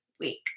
week